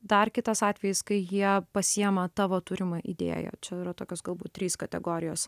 dar kitas atvejis kai jie pasiima tavo turimą idėją jau čia yra tokios galbūt trys kategorijos